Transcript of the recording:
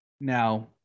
now